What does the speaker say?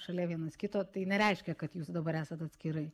šalia vienas kito tai nereiškia kad jūs dabar esat atskirai